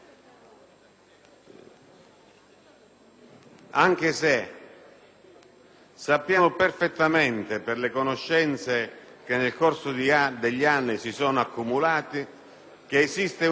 anche se sappiamo perfettamente, per le conoscenze che nel corso degli anni si sono accumulate, che esiste una mafia dietro le sbarre